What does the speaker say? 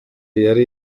yari